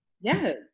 Yes